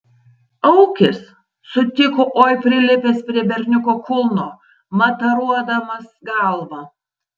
aukis sutiko oi prilipęs prie berniuko kulno mataruodamas galva